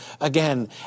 again